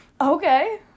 Okay